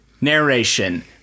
narration